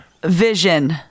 vision